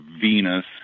Venus